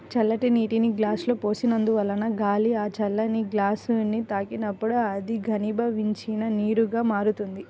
చల్లటి నీటిని గ్లాసులో పోసినందువలన గాలి ఆ చల్లని గ్లాసుని తాకినప్పుడు అది ఘనీభవించిన నీరుగా మారుతుంది